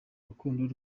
urukundo